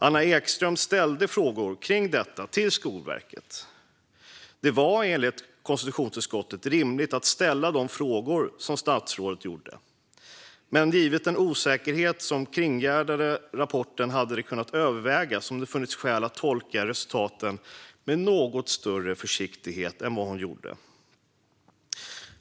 Anna Ekström ställde frågor kring detta till Skolverket. Det var enligt konstitutionsutskottet rimligt att ställa de frågor som statsrådet gjorde, men givet den osäkerhet som kringgärdade rapporten hade det kunnat övervägas om det funnits skäl att tolka resultatet med något större försiktighet än vad hon gjorde.